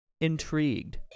intrigued